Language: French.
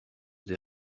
des